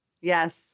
Yes